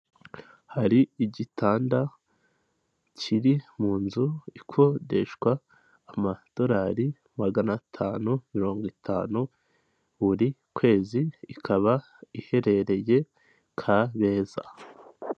Hari igitanda kiri mu nzu ikodeshwa amadolari magana atanu mirongo itanu buri kwezi ikaba iherereye Kabeza.